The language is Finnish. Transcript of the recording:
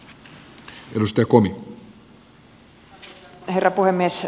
arvoisa herra puhemies